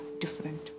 different